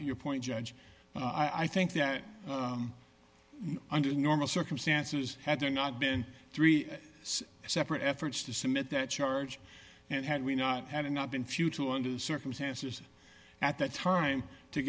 your point judge i think that under normal circumstances had there not been three separate efforts to submit that charge and had we not had it not been futile under the circumstances at that time to